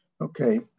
Okay